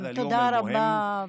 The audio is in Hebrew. תודה רבה,